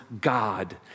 God